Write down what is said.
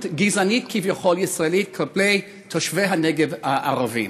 גזענית-כביכול ישראלית כלפי תושבי הנגב הערבים.